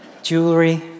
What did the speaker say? jewelry